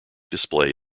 display